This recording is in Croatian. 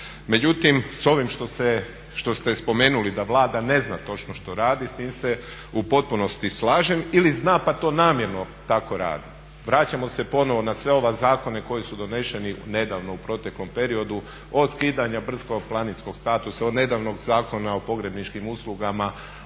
Međutim, s ovim što ste spomenuli da Vlada ne zna točno što radi s tim se u potpunosti slažem ili zna pa to namjerno tako radi. Vraćamo se ponovo na sve ove zakone koji su doneseni nedavno u proteklom periodu od skidanja brdsko-planinskog statusa, od nedavnog Zakona o pogrebničkim uslugama,